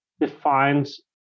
defines